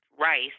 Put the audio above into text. rice